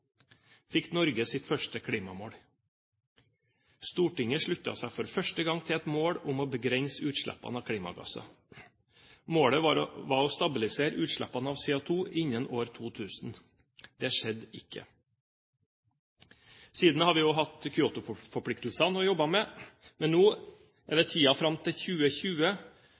fikk Norge sitt første klimamål. Stortinget sluttet seg for første gang til et mål om å begrense utslippene av klimagasser. Målet var å stabilisere utslippene av CO2 innen 2000. Det skjedde ikke. Siden har vi hatt Kyoto-forpliktelsene å jobbe med. Men nå er det tiden fram til 2020